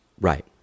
right